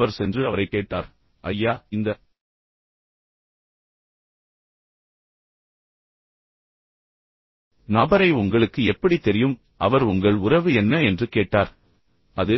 எனவே அவர் சென்று அவரை கேட்டார் ஐயா இந்த நபரை உங்களுக்கு எப்படித் தெரியும் பின்னர் அவர் உங்கள் உறவு என்ன என்று கேட்டார் அது